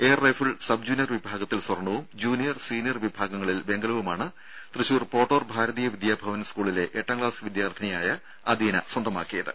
air rifle sub junior വിഭാഗത്തിൽ സ്വർണവും junior senior വിഭാഗങ്ങളിൽ വെങ്കലവുമാണ് തൃശൂർ പോട്ടോർ ഭാരതീയ വിദ്യാഭവൻ സ്കൂളിലെ എട്ടാം ക്ലാസ് വിദ്യാർത്ഥിനിയായ അദീന സ്വന്തമാക്കിയത്